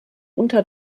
unter